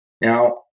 Now